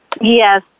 Yes